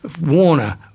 Warner